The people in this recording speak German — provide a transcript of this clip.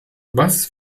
was